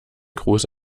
gruß